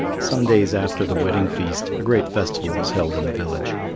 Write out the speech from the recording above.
some days after the wedding feast, a great festival was held in the village.